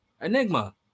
Enigma